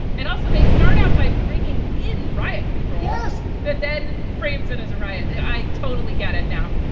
and also they start out by bringing in riot control gas that then frames it as a riot. i totally get it. now,